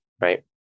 right